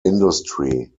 industry